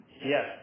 Yes